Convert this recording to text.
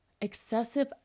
Excessive